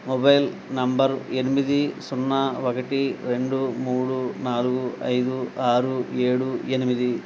mobile number ఎనిమిది సున్నా ఒకటి రెండు మూడు నాలుగు ఐదు ఆరు ఏడు ఎనిమిది